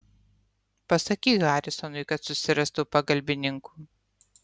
pasakyk harisonui kad susirastų pagalbininkų